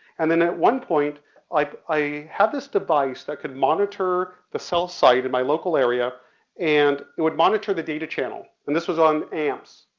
and then at one point like i, i had this device that could monitor the cell site in my local area and it would monitor the data channel. and this was on amps,